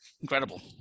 incredible